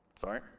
Sorry